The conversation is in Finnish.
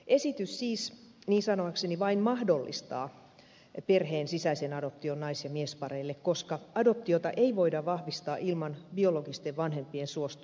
esitys siis niin sanoakseni vain mahdollistaa perheen sisäisen adoption nais ja miespareille koska adoptiota ei voida vahvistaa ilman biologisten vanhempien suostumusta